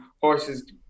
horses